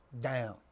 down